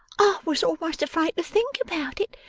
was almost afraid to think about it,